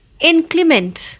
Inclement